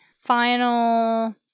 final